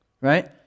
right